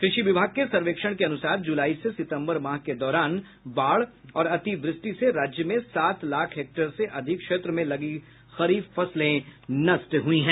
कृषि विभाग के सर्वेक्षण के अनुसार जुलाई से सितंबर माह के दौरान बाढ़ और अतिवृष्टि से राज्य में सात लाख हेक्टेयर से अधिक क्षेत्र में लगी खरीफ फसलें नष्ट हुई हैं